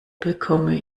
bekomme